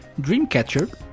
Dreamcatcher